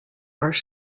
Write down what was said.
are